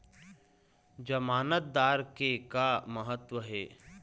जमानतदार के का महत्व हे?